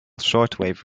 shortwave